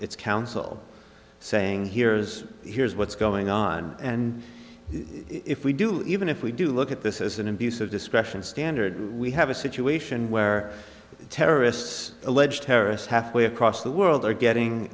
its counsel saying here's here's what's going on and if we do even if we do look at this as an abuse of discretion standard we have a situation where the terrorists alleged terrorists halfway across the world are getting